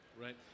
Right